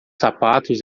sapatos